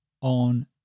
on